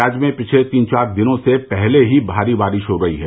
राज्य में पिछले तीन चार दिनों से पहले ही भारी वर्षा हो रही है